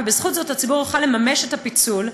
ובזכות זה הציבור יוכל לממש את הפיצול,